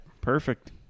Perfect